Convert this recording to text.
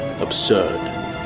absurd